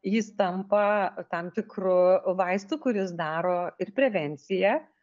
jis tampa tam tikru vaistu kuris daro ir prevenciją